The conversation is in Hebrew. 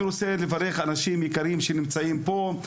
אני רוצה לברך את האנשים היקרים שנמצאים פה: